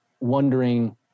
Wondering